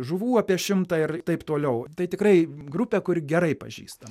žuvų apie šimtą ir taip toliau tai tikrai grupė kur gerai pažįstam